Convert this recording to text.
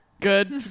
Good